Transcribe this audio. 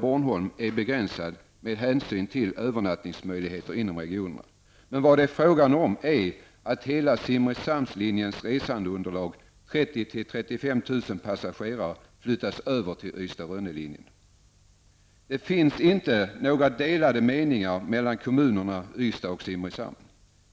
Bornholm är begränsat med hänsyn till övernattningsmöjligheter inom regionerna. Vad det är fråga om är att hela Simrishamnslinjens resandeunderlag, 30 000--35 000 passagerare, flyttas över till Ystad--Rönne-linjen. Det finns inte några delade meningar mellan kommunerna Ystad och Simrishamn.